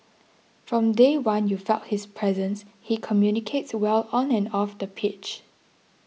from day one you felt his presence he communicates well on and off the pitch